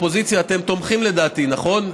אופוזיציה, אתם תומכים, לדעתי, נכון?